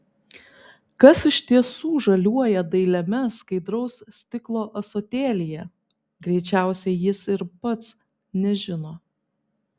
kas iš tiesų žaliuoja dailiame skaidraus stiklo ąsotėlyje greičiausiai jis ir pats nežino